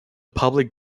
public